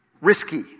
risky